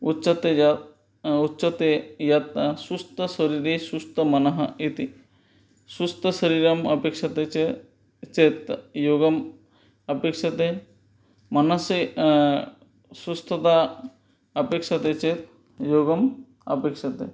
उच्यते यत् उच्यते यत् स्वस्थशरीरे स्वस्थमनः इति स्वस्थशरीरम् अपेक्ष्यते चेत् चेत् योगः अपेक्ष्यते मनसि स्वस्थता अपेक्ष्यते चेत् योगः अपेक्ष्यते